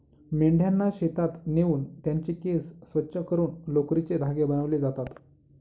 मेंढ्यांना शेतात नेऊन त्यांचे केस स्वच्छ करून लोकरीचे धागे बनविले जातात